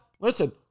listen